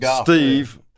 Steve